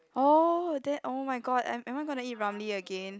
oh there oh-my-god am am I gonna eat Ramly again